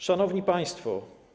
Szanowni Państwo!